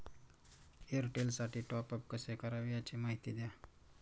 एअरटेलसाठी टॉपअप कसे करावे? याची माहिती द्या